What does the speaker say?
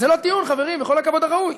זה לא טיעון, חברים, עם כל הכבוד הראוי.